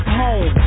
home